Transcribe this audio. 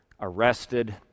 arrested